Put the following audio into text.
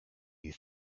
you